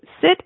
sit